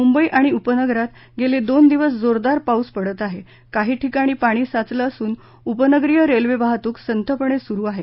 मुंबई आणि उपनगरात गेले दोन दिवस जोरदार पाऊस पडत आहे काही ठिकाणी पाणी साचलं असून उपनगरीय रेल्वे वाहतूक संथपणे सुरु आहे